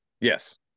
Yes